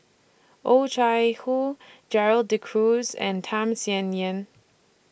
Oh Chai Hoo Gerald De Cruz and Tham Sien Yen